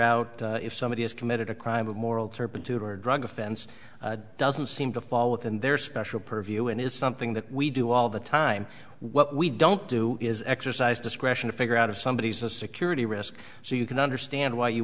out if somebody has committed a crime of moral turpitude or a drug offense doesn't seem to fall within their special purview and is something that we do all the time what we don't do is exercise discretion to figure out of somebody who's a security risk you can understand why you